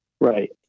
right